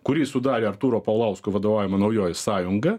kurį sudarė artūro paulausko vadovaujama naujoji sąjunga